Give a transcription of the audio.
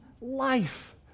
life